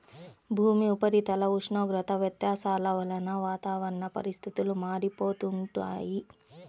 భూమి ఉపరితల ఉష్ణోగ్రత వ్యత్యాసాల వలన వాతావరణ పరిస్థితులు మారిపోతుంటాయి